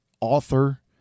author